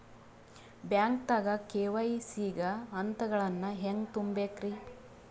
ಬ್ಯಾಂಕ್ದಾಗ ಕೆ.ವೈ.ಸಿ ಗ ಹಂತಗಳನ್ನ ಹೆಂಗ್ ತುಂಬೇಕ್ರಿ?